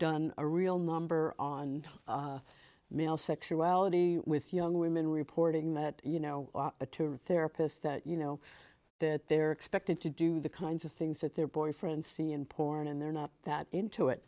done a real number on male sexuality with young women reporting that you know a to a therapist that you know that they're expected to do the kinds of things that their boyfriends see in porn and they're not that into it